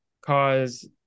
cause